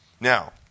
Now